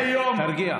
תרגיע.